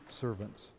servants